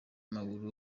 w’amaguru